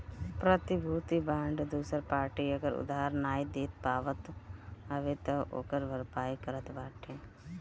प्रतिभूति बांड दूसर पार्टी अगर उधार नाइ दे पावत हवे तअ ओकर भरपाई करत बाटे